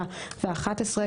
(7) ו-(11),